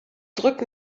zurück